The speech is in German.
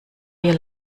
wir